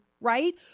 Right